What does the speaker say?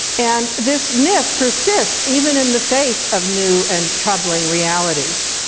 and this myth persists even in the face of new and troubling realities.